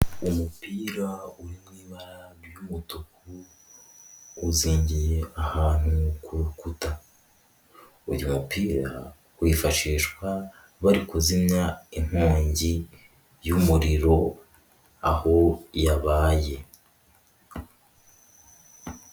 Umupira uri mu ibara ry'umutuku, uzingiye ahantu ku rukuta, uyu mupira wifashishwa bari kuzimya inkongi y'umuriro aho yabaye.